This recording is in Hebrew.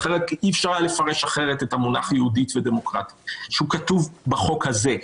אי-אפשר היה לפרש אחרת את המונח "יהודית ודמוקרטית" שכתוב בחוק הזה,